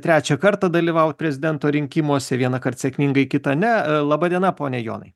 trečią kartą dalyvaut prezidento rinkimuose vienąkart sėkmingai kitą ne laba diena pone jonai